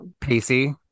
Pacey